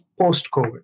post-COVID